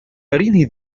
أرني